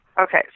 Okay